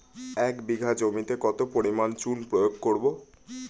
এক বিঘা জমিতে কত পরিমাণ চুন প্রয়োগ করব?